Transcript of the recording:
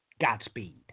Godspeed